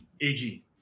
AG